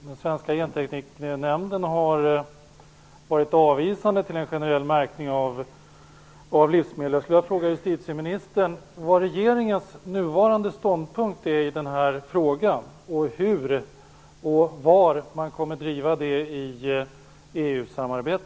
Den svenska gentekniknämnden har varit avvisande till en generell märkning av livsmedel. Jag skulle vilja fråga justitieministern vilken regeringens nuvarande ståndpunkt är i denna fråga och om hur och var man kommer driva den i EU-samarbetet.